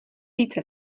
více